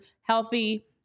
healthy